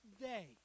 day